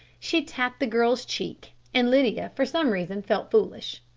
she tapped the girl's cheek and lydia, for some reason, felt foolish.